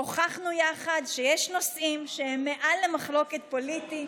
הוכחנו יחד שיש נושאים שהם מעל למחלוקת פוליטית.